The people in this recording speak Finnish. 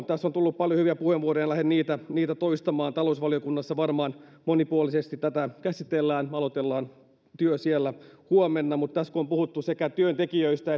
tässä on tullut paljon hyviä puheenvuoroja en lähde niitä niitä toistamaan talousvaliokunnassa varmaan monipuolisesti tätä käsitellään aloitellaan työ siellä huomenna mutta tässä kun on puhuttu sekä työntekijöistä